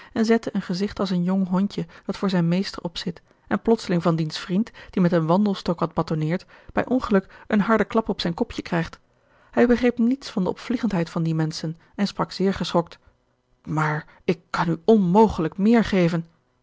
en zette een gezigt als een jong hondje dat voor zijn meester opzit en plotseling van diens vriend die met een wandelstok wat batonneert bij ongeluk een harden klap op zijn kopje krijgt hij begreep niets van de opvliegendheid van die menschen en sprak zeer geschokt maar ik kan u onmogelijk meer geven